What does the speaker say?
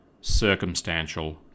circumstantial